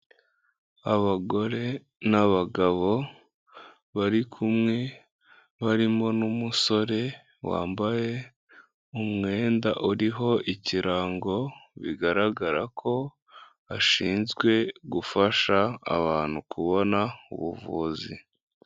Abagore n'abagabo bari kumwe, barimo n'umusore wambaye umwenda uriho ikirango, bigaragara ko ashinzwe gufasha abantu kubona ubuvuzi.